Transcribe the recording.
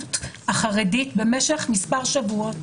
העיתונות החרדית במשך מספר שבועות,